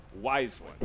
wisely